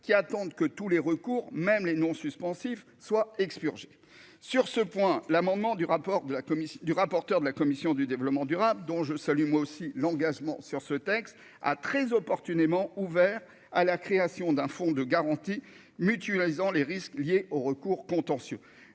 qui attendent que tous les recours, même les non suspensif soit expurgé sur ce point, l'amendement du rapport de la commission du rapporteur de la commission du développement durable, dont je salue moi aussi l'engagement sur ce texte, a très opportunément ouvert à la création d'un fonds de garantie mutualisant les risques liés au recours contentieux,